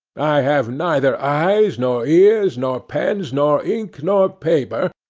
i have neither eyes, nor ears, nor pens, nor ink, nor paper,